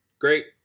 great